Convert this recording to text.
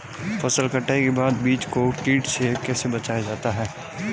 फसल कटाई के बाद बीज को कीट से कैसे बचाया जाता है?